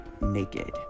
naked